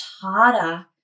harder